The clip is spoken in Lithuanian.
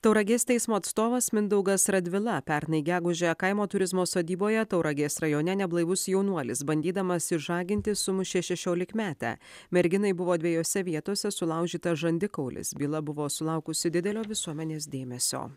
tauragės teismo atstovas mindaugas radvila pernai gegužę kaimo turizmo sodyboje tauragės rajone neblaivus jaunuolis bandydamas išžaginti sumušė šešiolikmetę merginai buvo dviejose vietose sulaužytas žandikaulis byla buvo sulaukusi didelio visuomenės dėmesio